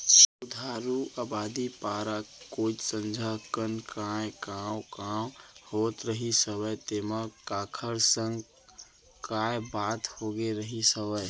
बुधारू अबादी पारा कोइत संझा कन काय कॉंव कॉंव होत रहिस हवय तेंमा काखर संग काय बात होगे रिहिस हवय?